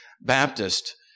Baptist